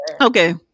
okay